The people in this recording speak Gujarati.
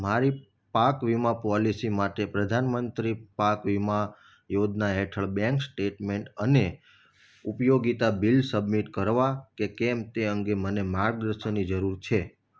મારી પાક વીમા પૉલિસી માટે પ્રધાનમંત્રી પાક વીમા યોજના હેઠળ બેંક સ્ટેટમેન્ટ અને ઉપયોગિતા બિલ સબમિટ કરવા કે કેમ તે અંગે મને માર્ગદર્શનની જરૂર છે